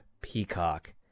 Peacock